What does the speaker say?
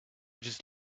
just